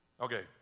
Okay